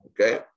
Okay